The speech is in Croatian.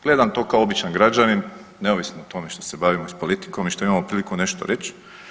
Gledam to kao običan građanin neovisno o tome što se bavimo s politikom i što imamo priliku nešto reći.